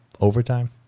overtime